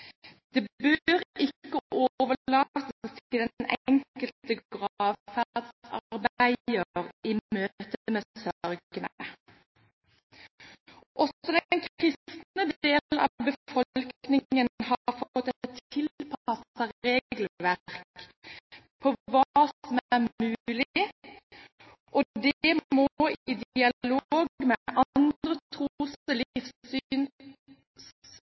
Det bør ikke overlates til den enkelte gravferdsarbeider i møte med sørgende. Også den kristne del av befolkningen har fått et tilpasset regelverk om hva som er mulig, og det må i dialog med andre tros-